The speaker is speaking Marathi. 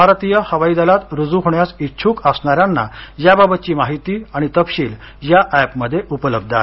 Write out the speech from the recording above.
भारतीय हवाई दलात रुजू होण्यास इच्छुक असणाऱ्यांना याबाबतची माहिती आणि तपशील या एपमध्ये उपलब्ध आहे